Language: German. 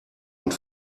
und